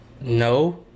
No